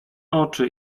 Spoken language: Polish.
oczy